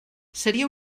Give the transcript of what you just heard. seria